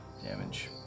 Damage